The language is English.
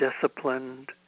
disciplined